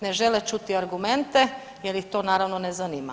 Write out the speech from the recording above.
Ne žele čuti argumente jer ih to naravno, ne zanima.